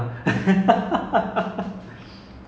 I just went and ask her sia